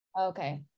Okay